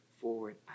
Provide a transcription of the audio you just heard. forward